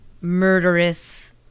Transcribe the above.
murderous